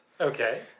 Okay